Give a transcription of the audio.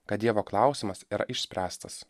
kad dievo klausimas yra išspręstas